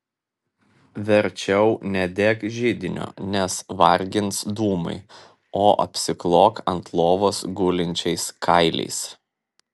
verčiau nedek židinio nes vargins dūmai o apsiklok ant lovos gulinčiais kailiais